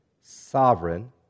sovereign